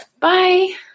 Bye